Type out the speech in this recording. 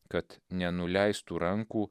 kad nenuleistų rankų